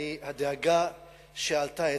הדאגה שעלתה אצלו,